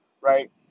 right